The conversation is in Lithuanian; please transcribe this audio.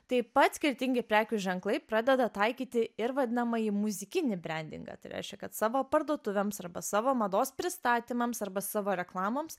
taip pat skirtingi prekių ženklai pradeda taikyti ir vadinamąjį muzikinį brendingą tai reiškia kad savo parduotuvėms arba savo mados pristatymams arba savo reklamoms